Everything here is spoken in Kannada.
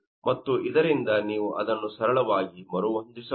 ಮತ್ತು ಇದರಿಂದ ನೀವು ಅದನ್ನು ಸರಳವಾಗಿ ಮರುಹೊಂದಿಸಬಹುದು